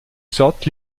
sorte